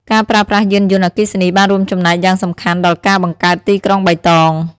ការប្រើប្រាស់យានយន្តអគ្គិសនីបានរួមចំណែកយ៉ាងសំខាន់ដល់ការបង្កើតទីក្រុងបៃតង។